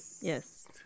Yes